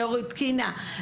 לתיקנה,